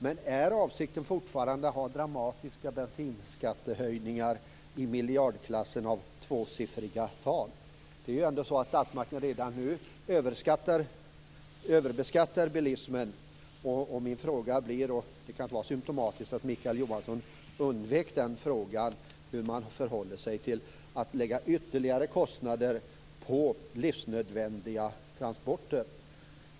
Men är avsikten fortfarande att ha dramatiska bensinskattehöjningar i miljardklassen av tvåsiffriga tal? Statsmakterna överbeskattar ju redan nu bilismen. Då undrar jag - det kan vara symtomatiskt att Mikael Johansson undvek den frågan - hur man förhåller sig till att lägga ytterligare kostnader på livsnödvändiga transporter.